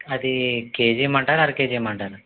అదీ కేజీ ఇమ్మంటారా అరకేజీ ఇమ్మంటారా